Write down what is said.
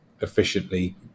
efficiently